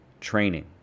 training